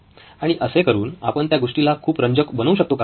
आणि असे करून आपण त्या गोष्टीला खूप रंजक बनवू शकतो का